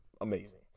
Amazing